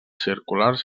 circulars